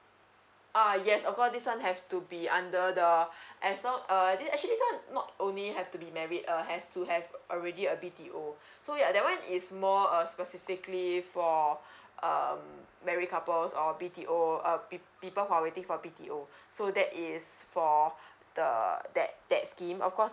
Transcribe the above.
uh yes of course this one has to be under the as long uh they actually not only have to be married uh has to have already a B T O so yeah that one is more uh specifically for um married couples or B T O uh pe~ people who are waiting for B T O so that is for the that that scheme of course